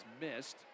missed